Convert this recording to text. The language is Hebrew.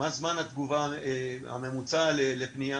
מה זמן התגובה הממוצע לפנייה,